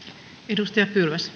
arvoisa